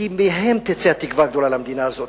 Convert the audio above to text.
כי מהם תצא התקווה הגדולה למדינה הזאת.